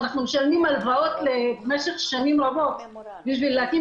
ואנחנו משלמים הלוואות במשך שנים רבות בשביל להקים